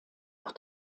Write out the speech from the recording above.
auch